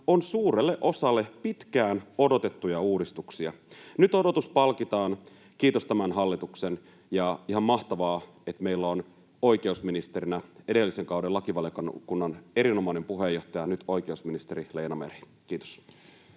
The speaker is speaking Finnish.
on suurelle osalle pitkään odotettuja uudistuksia. Nyt odotus palkitaan, kiitos tämän hallituksen, ja ihan mahtavaa, että meillä on oikeusministerinä edellisen kauden lakivaliokunnan erinomainen puheenjohtaja, nyt oikeusministeri Leena Meri. — Kiitos.